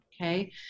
okay